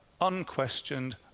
unquestioned